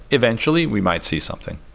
eventually, we might see something.